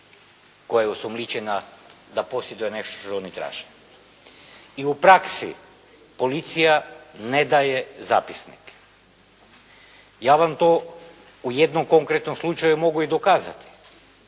koja je osumnjičena da posjeduje nešto što oni traže. I u praksi, policija ne daje zapisnik. Ja vam to u jednom konkretnom slučaju mogu i dokazati